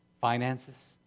finances